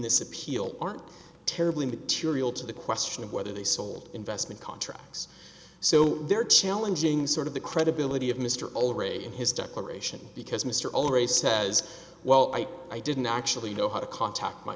this appeal aren't terribly material to the question of whether they sold investment contracts so they're challenging sort of the credibility of mr already in his declaration because mr already says well i didn't actually know how to contact my